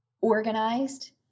organized